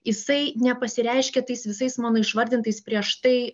jisai ne pasireiškia tais visais mano išvardintais prieš tai